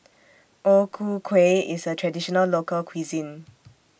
O Ku Kueh IS A Traditional Local Cuisine